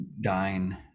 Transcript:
dine